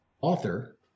author